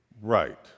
Right